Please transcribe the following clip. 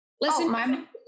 Listen-